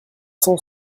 cent